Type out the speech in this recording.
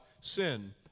sin